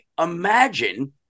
imagine